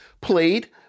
played